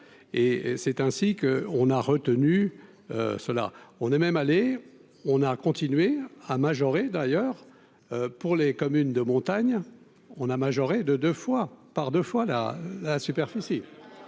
et c'est ainsi qu'on a retenu cela on est même allé, on a continué à majorer d'ailleurs pour les communes de montagne on a majoré de 2 fois par 2 fois la superficie